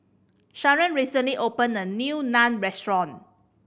Sharen recently opened a new Naan Restaurant